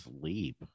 sleep